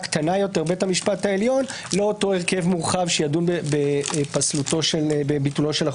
קטנה יותר בית המשפט העליון לאותו הרכב מורחב שידון בביטולו של החוק.